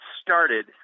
started